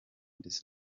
ndetse